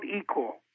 equal